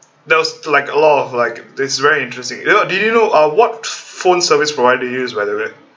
there was like a lot of like it's very interesting you know do you uh what phone service provider do you use by the way